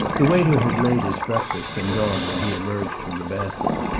the waiter had laid his breakfast and gone when he emerged from the bathroom,